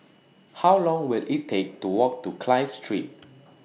How Long Will IT Take to Walk to Clive Street